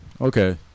Okay